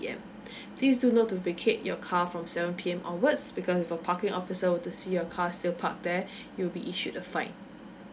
please do note to vacate your car from seven P_M onwards because if a parking officer were to see your car still park there it will be issued a fine